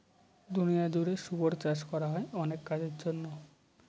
দুনিয়া জুড়ে শুয়োর চাষ করা হয় অনেক কাজের জন্য